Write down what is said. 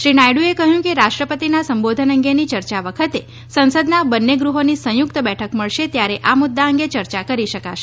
શ્રી નાયડુએ કહ્યું કે રાષ્ટ્રપતિના સંબોધન અંગેની ચર્ચા વખતે સંસદના બંને ગૃહોની સંયુક્ત બેઠક મળશે ત્યારે આ મુદ્દા અંગે ચર્ચા કરી શકાશે